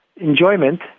enjoyment